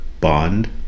bond